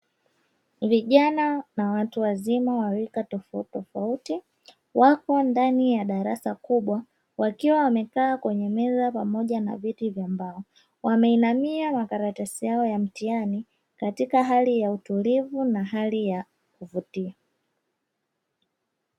Vijana na watu wazima wa rika tofauti tofauti, wako ndani ya darasa kubwa wakiwa wamekaa kwenye meza pamoja na viti vya mbao , wameinamia makaratasi yao ya mtihani katika hali ya utulivu na hali ya kuvutia.